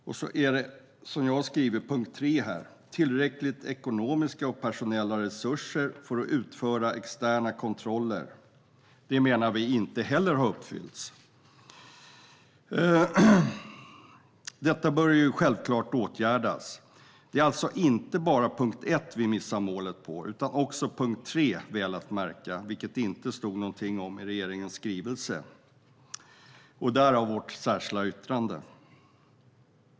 Det andra är punkt 3, tillräckliga ekonomiska och personella resurser för att utföra externa kontroller. Inte heller det har uppfyllts, menar vi. Detta bör självklart åtgärdas. Det är alltså inte bara på punkt 1 vi missar målet utan också på punkt 3, väl att märka, vilket det inte står någonting i om regeringens skrivelse. Därav vårt särskilda yttrande.